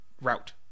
route